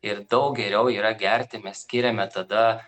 ir daug geriau yra gerti mes skiriame tada